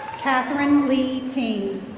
catherine lee teen.